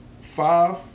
five